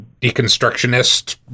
deconstructionist